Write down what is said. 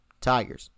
Tigers